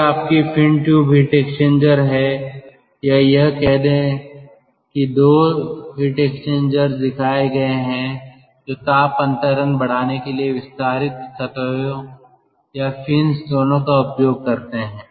यह आपकी fin tube heat exchanger है या यह कहे कि दो 2 हीट एक्सचेंजर्स दिखाए गए हैं जो ताप अंतरण बढ़ाने के लिए विस्तारित सतहों या फिन्स दोनों का उपयोग करते हैं